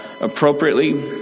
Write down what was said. appropriately